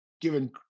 given